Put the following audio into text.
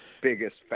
biggest